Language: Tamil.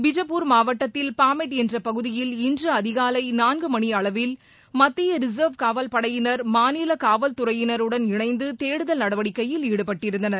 பிஜப்பூர் மாவட்டத்தில் பாமெட் என்ற பகுதியில் இன்று அதிகாலை நான்குமணி அளவில் மத்திய ரிசர்வ் காவல்படையினர் மாநில காவல்துறையினருடன் இணைந்து தேடுதல் நடவடிக்கையில் ஈடுபட்டிருந்தனர்